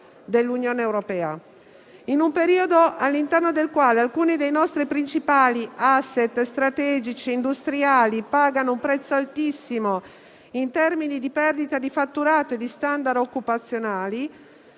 In un periodo all'interno del quale alcuni dei nostri principali *asset* strategici industriali pagano un prezzo altissimo in termini di perdita di fatturato e di *standard* occupazionali,